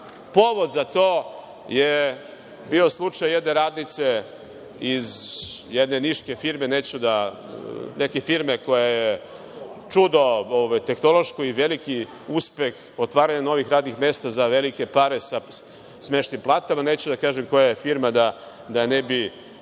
radu. Povod za to je bio slučaj jedne radnice iz neke Niške firme, koja je čudo tehnološko i veliki uspeh u otvaranju novih radnih mesta za velike pare sa smešnim platama, neću da kažem koja je firma da je ne